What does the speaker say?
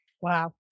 Wow